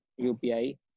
UPI